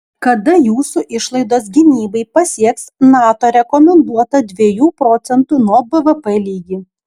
kada jūsų išlaidos gynybai pasieks nato rekomenduotą dviejų procentų nuo bvp lygį